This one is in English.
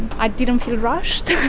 i didn't feel rushed.